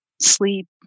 sleep